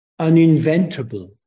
uninventable